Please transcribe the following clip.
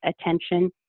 attention